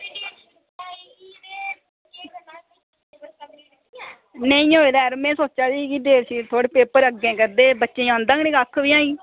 नेईं होये दा ऐ यरो में सोचा दी ही डेटशीट थोह्ड़ी अग्गें करदे हे बच्चें ई औंदा बी किश निं